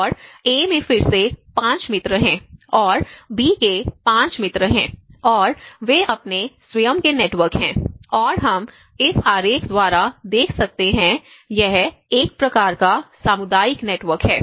और ए में फिर से 5 मित्र हैं और बी के 5 मित्र हैं और वे अपने स्वयं के नेटवर्क हैं और हम इस आरेख द्वारा देख सकते हैं यह एक प्रकार का सामुदायिक नेटवर्क है